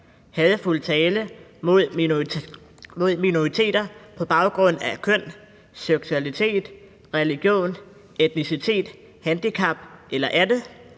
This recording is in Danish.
hadefuld tale mod minoriteter på baggrund af køn, seksualitet, religion, etnicitet, handicap eller andet.